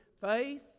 Faith